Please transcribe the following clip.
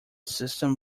system